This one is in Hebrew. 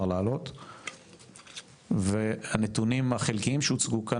לעלות והנתונים החלקיים שהוצגו כאן,